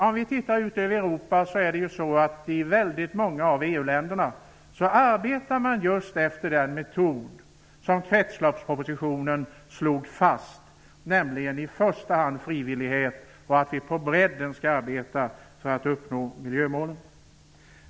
Om vi ser ut över Europa finner vi att man i många av EU-länderna arbetar just efter den metod som slogs fast i kretsloppspropositionen, nämligen att i första hand tillämpa frivillighet och att arbeta på bredden för att uppnå miljömålen.